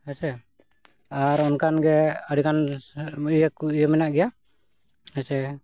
ᱦᱮᱸᱥᱮ ᱟᱨ ᱚᱱᱠᱟᱱ ᱜᱮ ᱟᱹᱰᱤ ᱜᱟᱱ ᱤᱭᱟᱹ ᱠᱚ ᱤᱭᱟᱹ ᱢᱮᱱᱟᱜ ᱜᱮᱭᱟ ᱦᱮᱸᱥᱮ